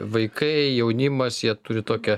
vaikai jaunimas jie turi tokią